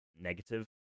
negative